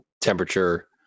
temperature